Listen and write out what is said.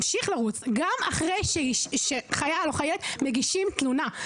שעון החול ממשיך לרוץ גם אחרי שחייל או חיילת מגישים תלונה.